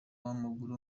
w’amaguru